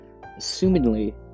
Assumingly